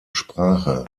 sprache